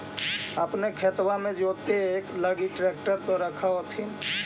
अपने खेतबा मे जोते लगी ट्रेक्टर तो रख होथिन?